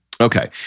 Okay